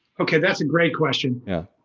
okay, that's a great question. yeah,